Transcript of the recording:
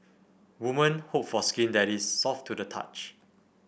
woman hope for skin that is soft to the touch